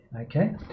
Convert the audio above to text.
okay